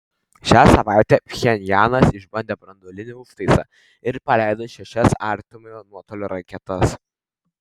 šią savaitę pchenjanas išbandė branduolinį užtaisą ir paleido šešias artimojo nuotolio raketas